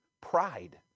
pride